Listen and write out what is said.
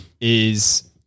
is-